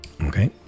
Okay